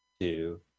Two